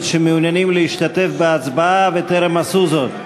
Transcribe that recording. שמעוניינים להשתתף בהצבעה וטרם עשו זאת?